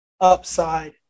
upside